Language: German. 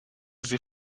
sie